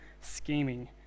scheming